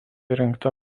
įrengta